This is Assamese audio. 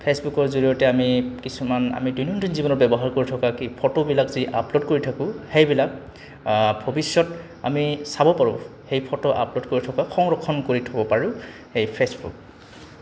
ফে'চবুকৰ জৰিয়তে আমি কিছুমান আমি দৈনন্দিন জীৱনত ব্যৱহাৰ কৰি থকা কি ফটোবিলাক যি আপলোড কৰি থাকোঁ সেইবিলাক ভৱিষ্যত আমি চাব পাৰোঁ সেই ফটো আপলোড কৰি থকা সংৰক্ষণ কৰি থ'ব পাৰোঁ সেই ফে'চবুক